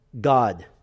God